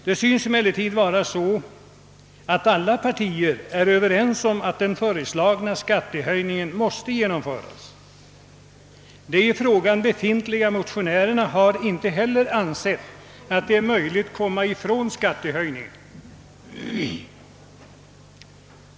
Det synes emellertid som om alla partier vore överens om att den föreslagna skattehöjningen måste genomföras — motionärerna i frågan har inte heller ansett att det är möjligt att komma ifrån en skattehöjning.